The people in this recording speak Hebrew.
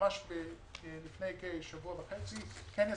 ממש לפני כשבוע וחצי, כנס